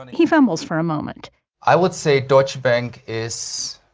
and he fumbles for a moment i would say deutsche bank is